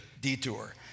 detour